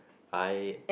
I